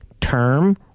term